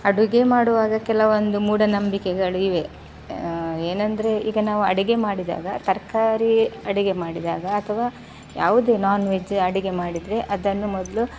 ಅಡುಗೆ ಮಾಡುವಾಗ ಕೆಲವೊಂದು ಮೂಢನಂಬಿಕೆಗಳಿವೆ ಏನಂದರೆ ಈಗ ನಾವು ಅಡುಗೆ ಮಾಡಿದಾಗ ತರಕಾರಿ ಅಡುಗೆ ಮಾಡಿದಾಗ ಅಥವಾ ಯಾವುದೇ ನಾನ್ ವೆಜ್ ಅಡುಗೆ ಮಾಡಿದರೆ ಅದನ್ನು ಮೊದಲು